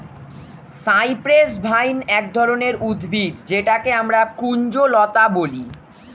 cypress vine এক ধরনের উদ্ভিদ যেটাকে আমরা কুঞ্জলতা বলি